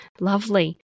Lovely